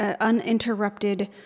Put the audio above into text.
uninterrupted